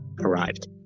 arrived